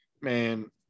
man